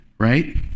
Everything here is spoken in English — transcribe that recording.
Right